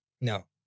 No